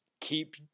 keep